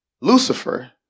Lucifer